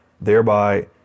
thereby